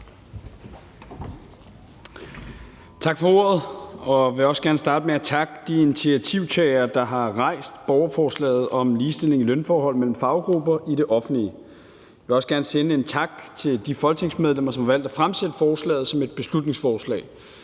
Tak for ordet. Jeg vil også gerne starte med at takke de initiativtagere, der har rejst borgerforslaget om ligestilling i lønforhold mellem faggrupper i det offentlige. Jeg vil også gerne sende en tak til de folketingsmedlemmer, som har valgt at fremsætte forslaget som et beslutningsforslag.